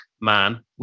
man